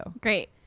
Great